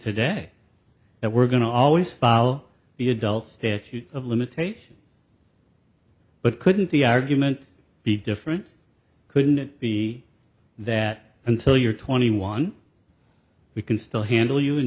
today that we're going to always follow the adult statute of limitation but couldn't the argument be different couldn't it be that until you're twenty one we can still handle you in